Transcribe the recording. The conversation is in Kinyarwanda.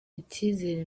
icyizere